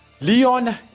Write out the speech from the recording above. Leon